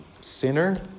Sinner